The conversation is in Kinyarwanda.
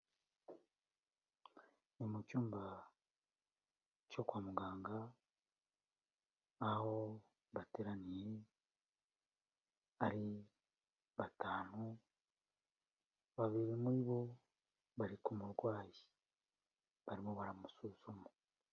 Ni mu cyumba cyo kwa muganga, aho bateraniye ari batanu, babiri muri bo bari ku kumurwayi barimo baramusuzuma.